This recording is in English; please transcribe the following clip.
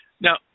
Now